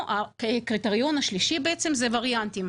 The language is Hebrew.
הקריטריון השלישי זה וריאנטים.